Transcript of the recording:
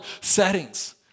settings